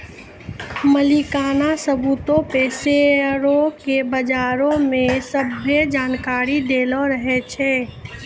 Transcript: मलिकाना सबूतो पे शेयरो के बारै मे सभ्भे जानकारी दैलो रहै छै